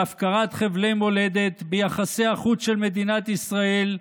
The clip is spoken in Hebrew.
בהפקרת חבלי מולדת, ביחסי החוץ של מדינת ישראל,